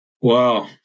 Wow